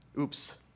Oops